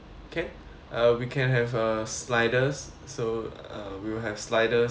uh we can have a sliders so uh we will have sliders for you all